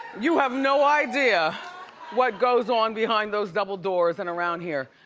you have no idea what goes on behind those double doors and around here.